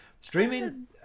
Streaming